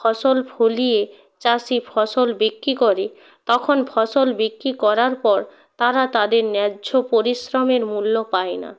ফসল ফলিয়ে চাষি ফসল বিক্রি করে তখন ফসল বিক্রি করার পর তারা তাদের ন্যায্য পরিশ্রমের মূল্য পায় না